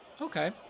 Okay